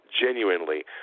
genuinely